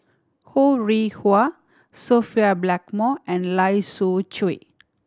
Ho Rih Hwa Sophia Blackmore and Lai Siu Chiu